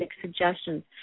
suggestions